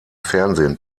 fernsehen